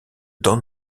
don